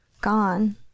gone